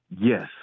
Yes